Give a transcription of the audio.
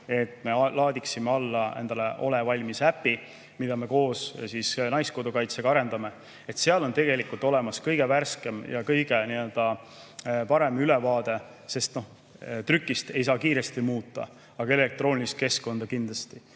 et me laadiksime alla endale äpi "Ole valmis!", mida me koos Naiskodukaitsega arendame. Seal on olemas kõige värskem ja kõige parem ülevaade, sest trükist ei saa kiiresti muuta, aga elektroonilist keskkonda kindlasti.